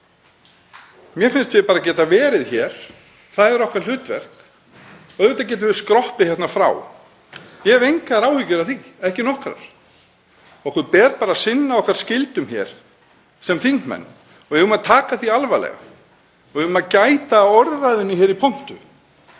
Mér finnst ég bara geta verið hér, það er okkar hlutverk. Auðvitað getum við skroppið hérna frá. Ég hef engar áhyggjur af því, ekki nokkrar. Okkur ber bara að sinna skyldum okkar hér sem þingmenn. Við eigum að taka það alvarlega og við eigum að gæta að orðræðunni hér í pontu.